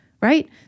right